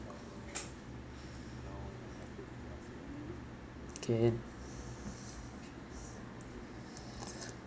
okay